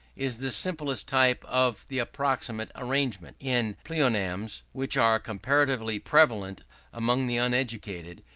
is the simplest type of the approximate arrangement. in pleonasms, which are comparatively prevalent among the uneducated,